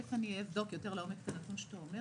אני אבדוק יותר לעומק את הנתון שאתה נותן.